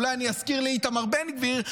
אולי אני אזכיר לאיתמר בן גביר,